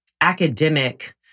academic